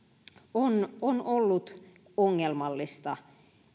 on on ollut ongelmallista